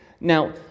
Now